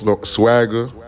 Swagger